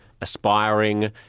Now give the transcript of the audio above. aspiring